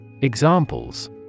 Examples